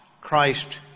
Christ